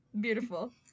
beautiful